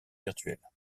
virtuelles